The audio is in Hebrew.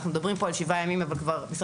אנחנו מדברים כאן על שבעה ימים אבל משרד